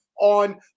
on